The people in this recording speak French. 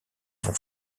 vont